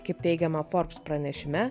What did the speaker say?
kaip teigiama forbes pranešime